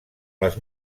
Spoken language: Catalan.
les